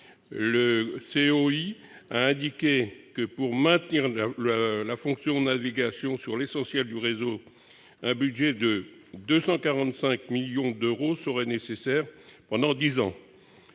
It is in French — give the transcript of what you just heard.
le COI a indiqué que, pour maintenir la fonction navigation sur l'essentiel du réseau, un budget de 245 millions d'euros par an serait nécessaire pendant dix ans.